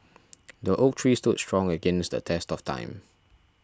the oak tree stood strong against the test of time